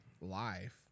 life